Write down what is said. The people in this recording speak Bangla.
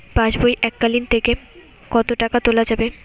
পাশবই এককালীন থেকে কত টাকা তোলা যাবে?